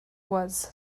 was